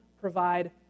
provide